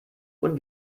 und